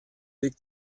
weg